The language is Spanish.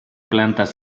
plantas